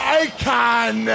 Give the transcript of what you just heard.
icon